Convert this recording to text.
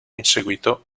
inseguito